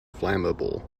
flammable